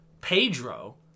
Pedro